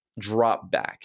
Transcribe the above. dropback